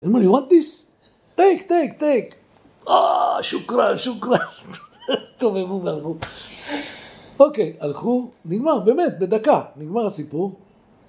אין מה לראות? תיק, תיק, תיק אהההה, שוקרה, שוקרה טוב, איפה הם הלכו? אוקיי, הלכו נגמר, באמת, בדקה נגמר הסיפור